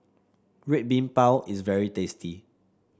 Red Bean Bao is very tasty